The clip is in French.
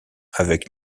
avec